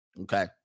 Okay